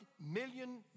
million